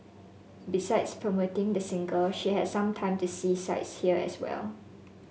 besides promoting the single she had some time to see sights here as well